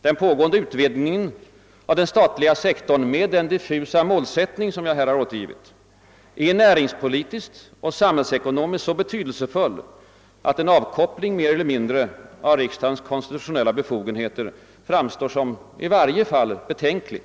Den pågående utvidgningen av den statliga sektorn, med den diffusa målsättning som jag här återgivit, är näringspolitiskt och samhällsekonomiskt så betydelsefull att en avkoppling mer eller mindre av riksdagens konstitutionella befogenheter framstår som i varje fall betänklig.